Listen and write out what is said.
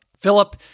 Philip